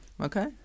Okay